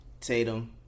Tatum